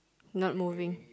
not moving